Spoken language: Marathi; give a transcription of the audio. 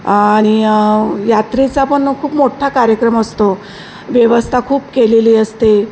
आणि यात्रेचा पण खूप मोठा कार्यक्रम असतो व्यवस्था खूप केलेली असते